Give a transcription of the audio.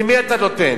למי אתה נותן?